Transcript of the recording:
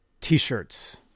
t-shirts